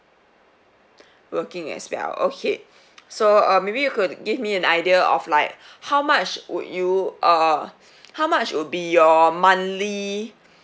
working as well okay so uh maybe you could give me an idea of like how much would you uh how much will be your monthly